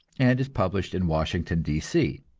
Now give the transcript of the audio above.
and is published in washington, d. c.